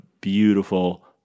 beautiful